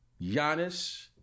Giannis